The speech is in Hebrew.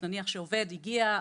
כמו למשל כשעובד הגיע,